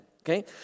Okay